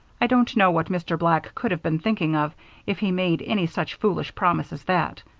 i don't know what mr. black could have been thinking of if he made any such foolish promise as that.